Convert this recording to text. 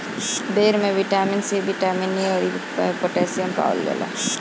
बेर में vitamin C, vitamin A अउरी पोटैशियम पावल जाला